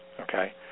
okay